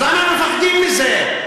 אז למה מפחדים מזה?